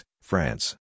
France